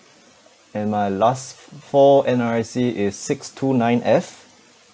and my last f~ four N_R_I_C is six two nine F